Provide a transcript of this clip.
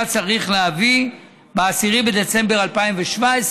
צריך להביא ב-10 בדצמבר 2017 על פי החוק.